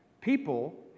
People